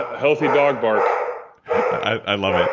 healthy dog bark i love it.